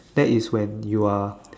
that is when you are